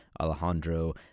Alejandro